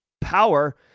power